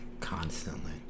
constantly